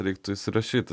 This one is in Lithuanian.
reiktų įsirašyt